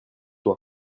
toi